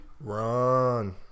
Run